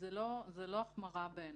זאת לא החמרה, בעיניי.